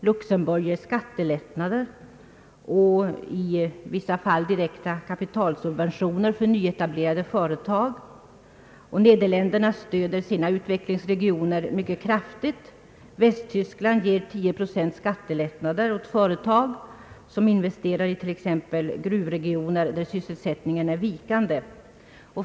Luxemburg ger skattelättnader och i vissa fall direkta kapitalsubventioner för nyetablerade företag. Nederländerna stöder sina utvecklingsregioner mycket kraftigt. Västtyskland ger 10 procents skattelättnad åt företag som investerar i t.ex. gruvregioner, där sysselsättningen är vikande.